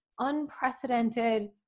unprecedented